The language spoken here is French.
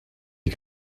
les